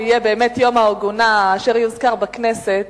יהיה באמת יום העגונה אשר יוזכר בכנסת,